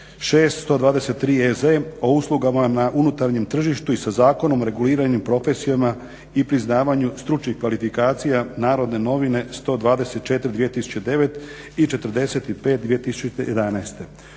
2006/123 EZ o uslugama na unutarnjem tržištu i sa zakonom reguliranih profesijama i priznavanju stručnih kvalifikacija Narodne novine 124/2009. i 45/2011.